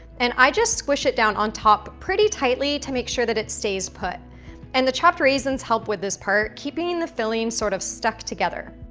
and i just squish it down on top pretty tightly to make sure that it stays put and the chopped raisins help with this part, keeping the filling sort of stuck together.